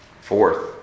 Fourth